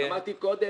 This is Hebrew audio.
אמרתי קודם,